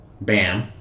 Bam